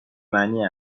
معنی